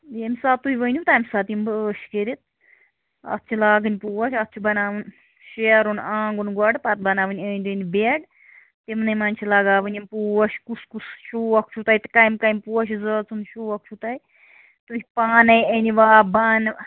ییٚمہِ ساتہٕ تُہۍ ؤنِو تَمہِ ساتہٕ یِمہٕ بہٕ ٲش کٔرِتھ اَتھ چھِ لاگٕنۍ پوش اَتھ چھُ بَناوٕنۍ شیرُن آنٛگُن گۄڈٕ پَتہٕ بَناوٕنۍ أنٛدۍ أنٛدۍ بیٚڈ تِمنٕے منٛز چھِ لگاوٕنۍ یِم پوش کُس کُس شوق چھُو تۄہہِ کَمہِ کَمہِ پوشہٕ ذٲژٕ ہُنٛد شوق چھُو تۄہہِ تُہۍ پانَے أنۍوا بانہٕ